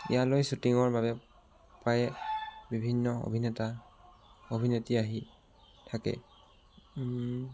ইয়ালৈ শ্বুটিংৰ বাবে প্ৰায়ে বিভিন্ন অভিনেতা অভিনেত্ৰী আহি থাকে